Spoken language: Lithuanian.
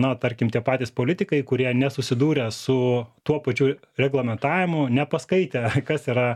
na tarkim tie patys politikai kurie nesusidūrę su tuo pačiu reglamentavimu nepaskaitę kas yra